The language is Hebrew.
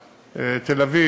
תל-אביב,